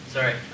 Sorry